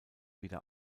wieder